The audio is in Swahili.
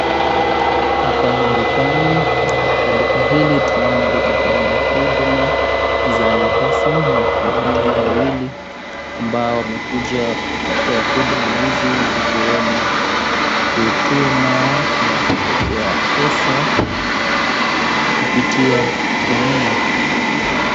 Hapa ni dukani, katika duka hili tunaona linapeana huduma za M pesa na kuna watu hawa wawili ambao wamekuja kupokea huduma hizi zikiwemo; kutuma na kupokea pesa kupitia rununu.